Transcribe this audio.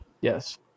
yes